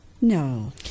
no